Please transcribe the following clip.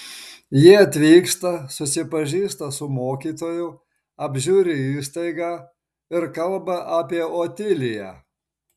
ji atvyksta susipažįsta su mokytoju apžiūri įstaigą ir kalba apie otiliją